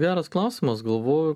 geras klausimas galvoju